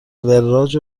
وراج